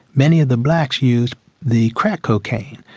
many of the blacks used the crack cocaine,